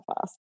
fast